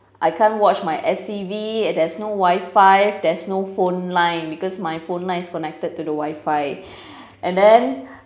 I can't watch my S_C_V and there's no wi-fi there's no phone line because my phone line is connected to the wi-fi and then